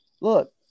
look